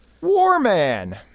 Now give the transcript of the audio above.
Warman